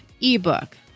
ebook